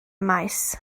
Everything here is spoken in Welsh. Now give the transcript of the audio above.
maes